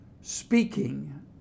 speaking